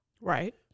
right